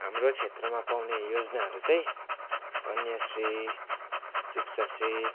हाम्रो क्षेत्रमा पाउने योजनाहरू चाहिँ कन्याश्री शिक्षाश्री